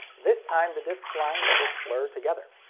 this time, the disc's lines just blur together.